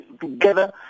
together